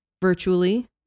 virtually